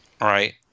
right